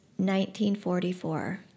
1944